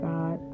God